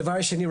הדבר השני.